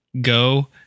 go